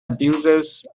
abuses